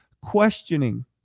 questioning